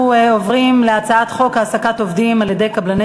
אנחנו עוברים להצעת חוק העסקת עובדים על-ידי קבלני